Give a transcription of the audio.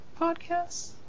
Podcasts